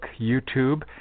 YouTube